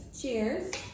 Cheers